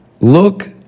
Look